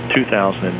2000